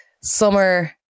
summer